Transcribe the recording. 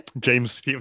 James